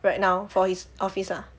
right now for his office ah